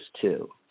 two